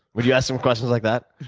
would you ask them questions like that?